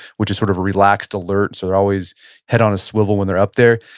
which is sort of relaxed, alert, so they're always head on a swivel when they're up there.